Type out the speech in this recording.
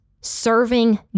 serving